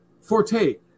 Forte